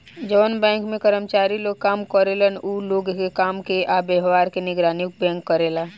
जवन बैंक में कर्मचारी लोग काम करेलन उ लोग के काम के आ व्यवहार के निगरानी बैंक करेला